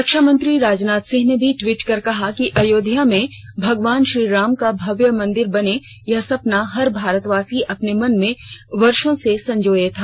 रक्षा मंत्री राजनाथ सिंह ने भी ट्वीट कर कहा कि अयोध्या में भगवान श्रीराम का भव्य मंदिर बने यह सपना हर भारतवासी अपने मन में वर्षो से संजोये था